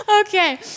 okay